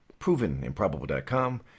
provenimprobable.com